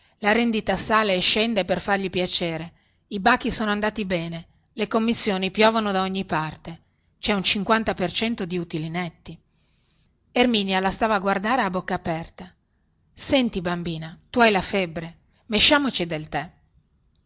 la rendita sale e scende per fargli piacere i bachi sono andati bene le commissioni piovono da ogni parte cè un cinquanta per cento di utili netti erminia la stava a guardare a bocca aperta senti bambina tu hai la febbre mesciamoci del the